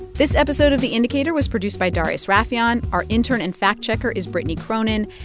this episode of the indicator was produced by darius rafieyan. our intern and fact-checker is brittany cronin.